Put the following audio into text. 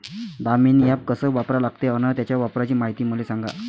Damini app कस वापरा लागते? अन त्याच्या वापराची मायती मले सांगा